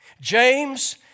James